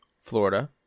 Florida